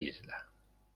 isla